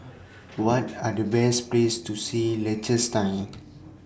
What Are The Best Places to See in Liechtenstein